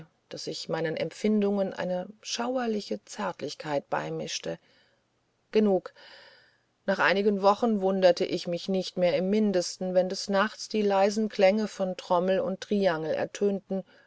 daß sich meinen empfindungen eine schauerliche zärtlichkeit beimischte genug nach einigen wochen wunderte ich mich nicht mehr im mindesten wenn des nachts die leisen klänge von trommel und triangel ertönten